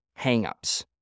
hangups